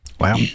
wow